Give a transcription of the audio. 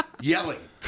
Yelling